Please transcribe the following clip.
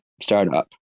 startup